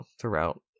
throughout